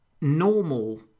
normal